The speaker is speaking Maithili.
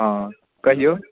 हँ कहिऔ